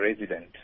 resident